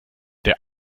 der